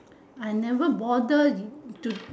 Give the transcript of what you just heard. I never bother to